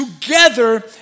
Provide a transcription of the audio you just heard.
together